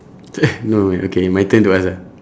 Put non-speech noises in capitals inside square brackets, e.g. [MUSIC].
[NOISE] no [NOISE] okay my turn to ask ah